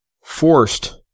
forced